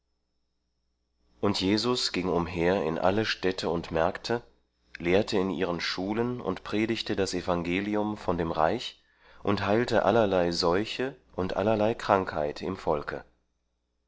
und jesus ging umher in alle städte und märkte lehrte in ihren schulen und predigte das evangelium von dem reich und heilte allerlei seuche und allerlei krankheit im volke